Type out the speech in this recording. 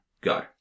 go